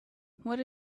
what